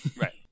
right